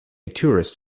tourist